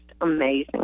amazing